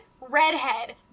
redhead